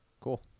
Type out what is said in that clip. Cool